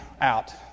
out